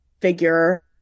figure